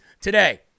today